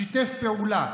שיתף פעולה,